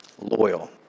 loyal